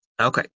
Okay